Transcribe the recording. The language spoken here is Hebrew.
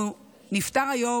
הוא נפטר היום,